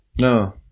No